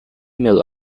mill